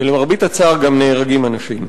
ולמרבה הצער גם נהרגים אנשים.